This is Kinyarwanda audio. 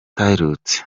aherutse